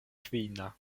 kvina